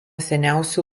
seniausių